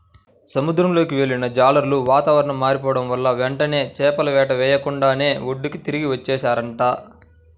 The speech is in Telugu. సముద్రంలోకి వెళ్ళిన జాలర్లు వాతావరణం మారిపోడం వల్ల వెంటనే చేపల వేట చెయ్యకుండానే ఒడ్డుకి తిరిగి వచ్చేశారంట